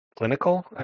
clinical